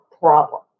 problem